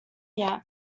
yet